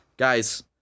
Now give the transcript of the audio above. Guys